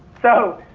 so,